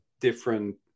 different